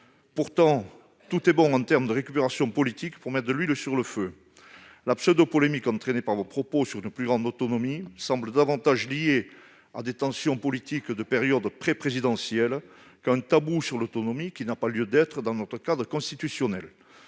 Pourtant, tout est bon en termes de récupération politique pour jeter de l'huile sur le feu. La pseudo-polémique entraînée par vos propos sur une plus grande autonomie de la Guadeloupe semble davantage liée à des tensions politiques de période présidentielle qu'au tabou de l'autonomie, qui n'a pas lieu d'être dans notre cadre constitutionnel.